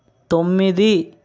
తొమ్మిది